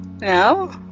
no